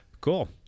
Cool